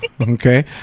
Okay